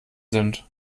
sind